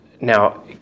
now